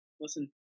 listen